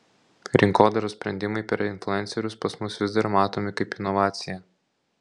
rinkodaros sprendimai per influencerius pas mus vis dar matomi kaip inovacija